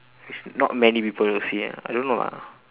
which not many people will see ah I don't know lah